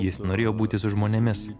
jis norėjo būti su žmonėmis